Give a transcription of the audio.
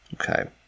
Okay